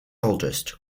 oldest